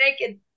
naked